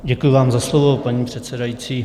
Děkuju vám za slovo, paní předsedající.